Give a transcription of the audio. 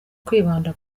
kwibanda